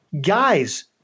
guys